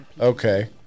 Okay